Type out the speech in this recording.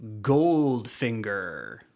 Goldfinger